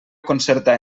concertar